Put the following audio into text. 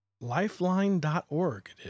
lifeline.org